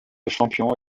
champions